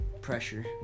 pressure